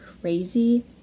crazy